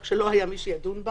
רק שלא היה מי שידון בה